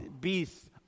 beasts